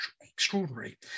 extraordinary